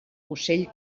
ocell